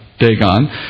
Dagon